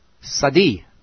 Sadi